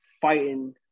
fighting